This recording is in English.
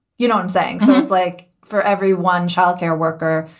you know, i'm saying so it's like for every one child care worker,